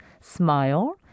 smile